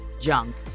junk